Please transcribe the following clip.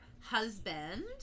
husband